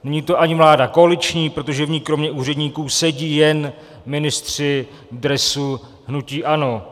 Není to ani vláda koaliční, protože v ní kromě úředníků sedí jen ministři v dresu hnutí ANO.